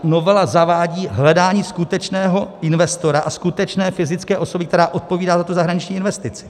Novela zavádí hledání skutečného investora a skutečné fyzické osoby, která odpovídá za zahraniční investici.